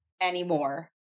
anymore